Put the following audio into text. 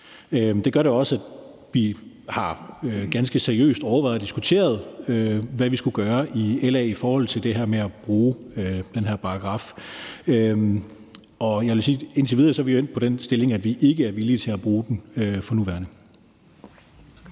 Det gør da også, at vi ganske seriøst har overvejet og diskuteret, hvad vi skulle gøre i LA i forhold til det her med at bruge den her paragraf. Jeg vil sige, at indtil videre er vi endt på den stilling, at vi ikke er villige til at bruge den for nuværende.